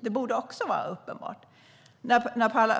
Det borde också vara uppenbart.